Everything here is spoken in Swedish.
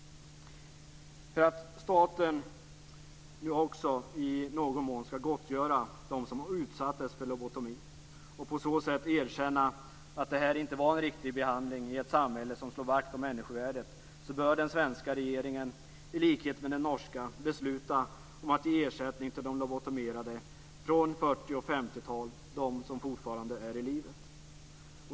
För att staten nu också i någon mån skall gottgöra dem som utsattes för lobotomin, och på så sätt erkänna att det här inte var en riktig behandling i ett samhälle som slår vakt om människovärdet, bör den svenska regeringen i likhet med den norska besluta om att ge ersättning till de lobotomerade från 40 och 50-talen som fortfarande är i livet.